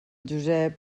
josep